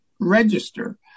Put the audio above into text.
register